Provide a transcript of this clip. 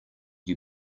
you